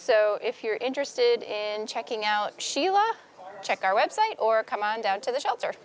so if you're interested in checking out sheila check our website or come on down to the shelter